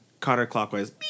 counterclockwise